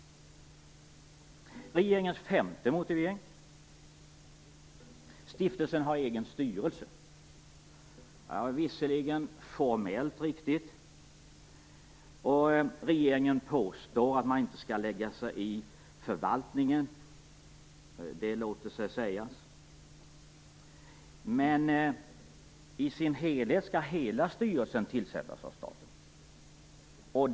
Regeringens femte motivering är att stiftelsen har egen styrelse. Det är visserligen formellt riktigt. Regeringen påstår att man inte skall lägga sig i förvaltningen. Det låter sig sägas. Men i sin helhet skall hela styrelsen tillsättas av staten.